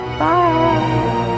Bye